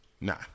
Nah